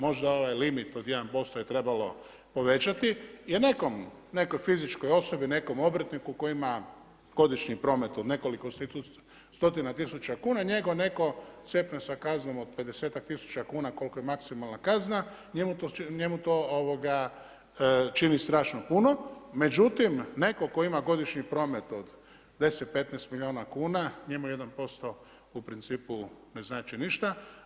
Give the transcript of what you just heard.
Možda ovaj limit od 1% je trebalo povećati nekoj fizičkoj osobi, nekom obrtniku koji ima godišnji promet od nekoliko stotina tisuća kuna, njega netko cepne sa kaznom od pedesetak tisuća kuna koliko je maksimalna kazna, njemu to čini strašno puno, međutim netko tko ima godišnji promet od 10, 15 milijuna kuna, njemu 1% u principu ne znači ništa.